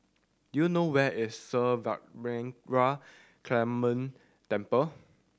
do you know where is Sri Vadapathira Kaliamman Temple